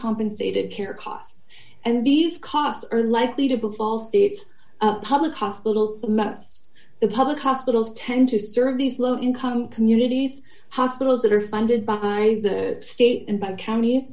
uncompensated care costs and these costs are likely to befall states public hospitals the public hospitals tend to serve these low income communities hospitals that are funded by the state and by county